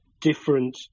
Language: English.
different